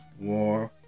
war